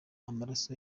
amaraso